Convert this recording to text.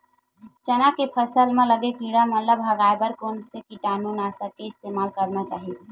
चना के फसल म लगे किड़ा मन ला भगाये बर कोन कोन से कीटानु नाशक के इस्तेमाल करना चाहि?